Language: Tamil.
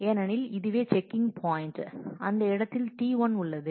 ஏனெனில் இதுவே செக்கிங் பாயிண்ட் அந்த இடத்தில் T1 உள்ளது